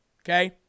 okay